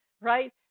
right